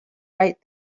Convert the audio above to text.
right